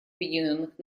объединенных